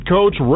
Coach